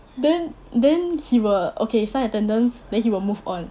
then then he will okay sign attendance then he will move on